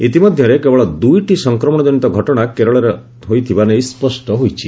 ଇତିମଧ୍ୟରେ କେବଳ ଦୂଇଟି ସଂକ୍ମଣ କନିତ ଘଟଣା କେରଳରେ ହୋଇଥିବା ନେଇ ସ୍ୱଷ୍ଟ ହୋଇଛି